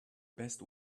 best